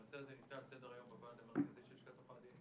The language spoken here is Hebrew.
הנושא הזה נמצא על סדר-היום בוועד המרכזי של לשכת עורכי הדין